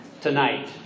tonight